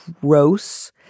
gross